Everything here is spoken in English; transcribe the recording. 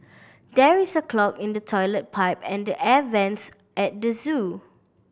there is a clog in the toilet pipe and the air vents at the zoo